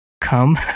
come